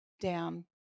down